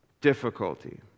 difficulty